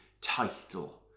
title